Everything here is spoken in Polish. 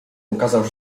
ukazał